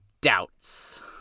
doubts